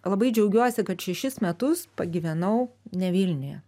labai džiaugiuosi kad šešis metus pagyvenau ne vilniuje